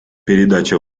передача